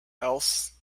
else